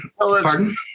Pardon